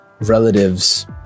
relatives